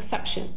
exception